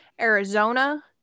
Arizona